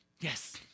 yes